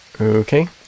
Okay